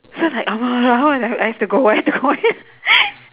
so like I have to go I have to go I